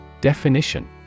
Definition